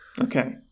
Okay